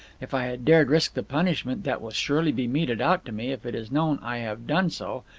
if i had dared risk the punishment that will surely be meted out to me if it is known i have done so.